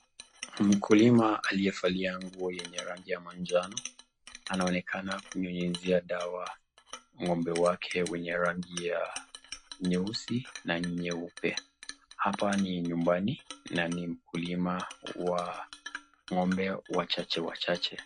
Mkulima aliyevalia nguo yenye rangi ya manjano anaonekana kunyunyiza dawa ng'ombe wake wenye rangi ya nyeusi na nyeupe. Hapa ni nyumbani na ni mkulima wa ng'ombe wachache wachache.